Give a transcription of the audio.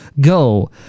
go